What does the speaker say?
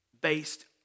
based